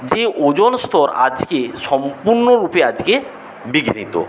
যে ওজন স্তর আজকে সম্পূর্ণ রূপে আজকে বিঘ্নিত